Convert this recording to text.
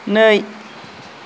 नै